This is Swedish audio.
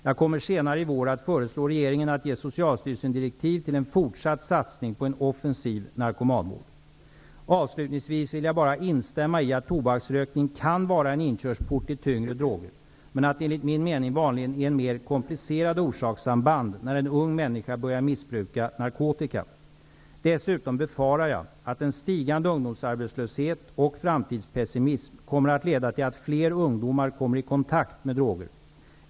Jag kommer senare i vår att föreslå regeringen att ge Socialstyrelsen direktiv till en fortsatt satsning på en offensiv narkomanvård. Avslutningsvis vill jag bara instämma i att tobaksrökning kan vara en inkörsport till tyngre droger, men att det enligt min mening vanligen är mer komplicerade orsakssamband när en ung människa börjar missbruka narkotika. Dessutom befarar jag att en stigande ungdomsarbetslöshet och framtidspessimism kommer att leda till att fler ungdomar kommer i kontakt med droger.